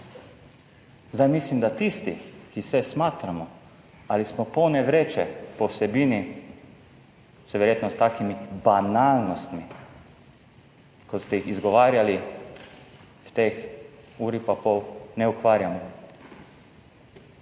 Zdaj, mislim, da tisti, ki se smatramo ali smo polne vreče po vsebini, se verjetno s takimi banalnostmi kot ste jih izgovarjali v tej uri pa pol, ne ukvarjamo.